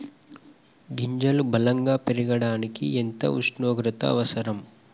గింజలు బలం గా పెరగడానికి ఎంత ఉష్ణోగ్రత అవసరం?